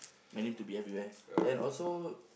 my name to be everywhere and also